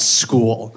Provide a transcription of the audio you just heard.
school